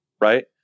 right